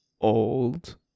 old